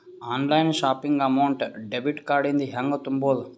Online shopping amount debit card ಇಂದ ಹೆಂಗ್ ತುಂಬೊದು?